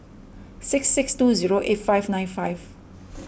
six six two zero eight five nine five